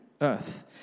earth